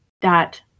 dot